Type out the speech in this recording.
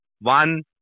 one